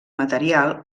material